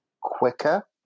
quicker